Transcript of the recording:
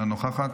אינה נוכחת,